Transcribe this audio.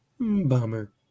Bummer